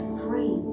free